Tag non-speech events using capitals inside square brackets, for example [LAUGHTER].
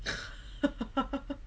[LAUGHS]